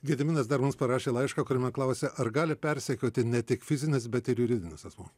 gediminas dar mums parašė laišką kuriame klausė ar gali persekioti ne tik fizinis bet ir juridinis asmuo